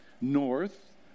north